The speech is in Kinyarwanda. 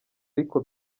ariko